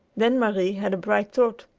then marie had a bright thought.